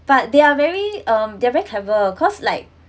but they are very um they are very clever cause like